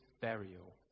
burial